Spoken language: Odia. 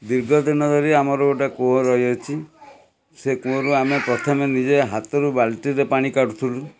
ଦୀର୍ଘଦିନ ଧରି ଆମର ଗୋଟେ କୂଅ ରହିଅଛି ସେ କୂଅରୁ ଆମେ ପ୍ରଥମେ ନିଜେ ହାତରୁ ବାଲ୍ଟିରେ ପାଣି କାଢ଼ୁଥିଲୁ